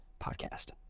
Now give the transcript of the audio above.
podcast